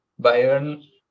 Bayern